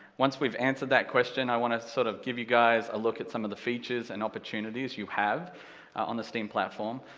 once we've answered that question, i want to sort of give you guys a look at some of the features and opportunities you have on the steam platform.